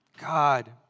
God